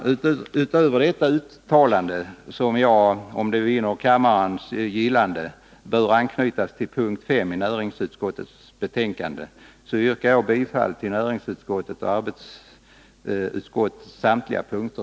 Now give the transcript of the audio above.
I övrigt yrkar jag bifall till hemställan i näringsutskottets och arbetsmarknadsutskottets betänkanden på samtliga punkter.